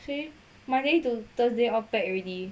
see monday to thursday all pack already